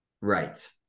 Right